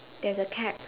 there's a cap